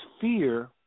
fear